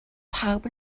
pawb